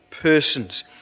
persons